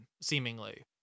Seemingly